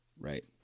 right